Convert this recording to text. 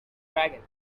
dragons